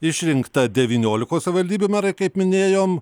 išrinkta devyniolikos savivaldybių merai kaip minėjom